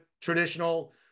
traditional